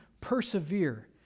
persevere